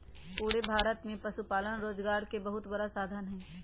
पूरे भारत में पशुपालन रोजगार के बहुत बड़ा साधन हई